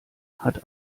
hat